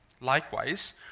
Likewise